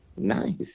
Nice